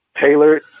tailored